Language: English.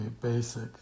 basic